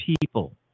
people